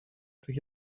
tych